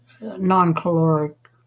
non-caloric